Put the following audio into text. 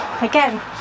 again